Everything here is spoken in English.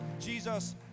Jesus